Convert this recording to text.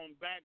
back